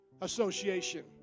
Association